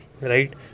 right